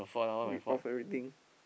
read off everything